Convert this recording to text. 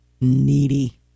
needy